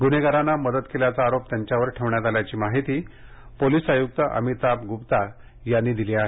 गुन्हेगारांना मदत केल्याचा आरोप त्यांच्यावर ठेवण्यात आल्याची माहिती पोलीस आयुक्त अमिताभ गुप्ता यांनी दिली आहे